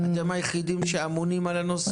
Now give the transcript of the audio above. אתם היחידים שאמונים על הנושא.